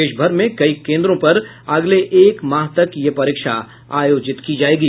देश भर में कई केन्द्रो पर अगले एक माह तक ये परीक्षा आयोजित की जायेगी